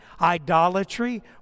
idolatry